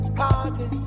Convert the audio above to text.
party